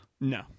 No